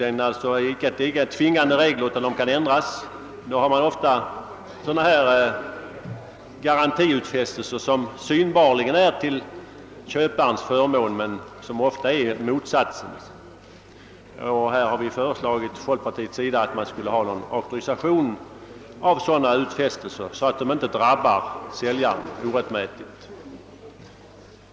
Det är inte frågan om tvingande regler, utan reglerna där kan ändras genom köpavtal. Då förekommer ofta garantiutfästelser som synbarligen är till köparens förmån men i själva verket rätt ofta är till hans nackdel. Därför har från folkpartiets sida föreslagits att man skulle ha någon slags auktorisation av sådana utfästelser så att de inte drabbar köparen orättmätigt.